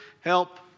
help